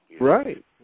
Right